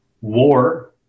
War